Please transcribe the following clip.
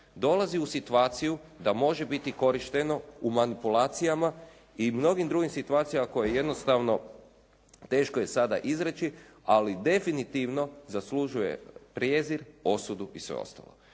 dolazi u situaciju da može biti korišteno u manipulacijama i mnogim drugim situacijama koje jednostavno teško je sada izreći ali definitivno zaslužuje prijezir, osudu i sve ostalo.